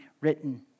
written